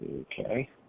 Okay